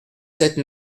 sept